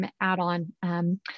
add-on